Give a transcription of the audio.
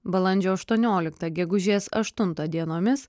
balandžio aštuonioliktą gegužės aštuntą dienomis